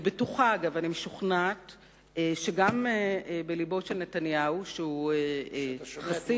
אני בטוחה ומשוכנעת שגם בלבו של נתניהו שהוא חסיד,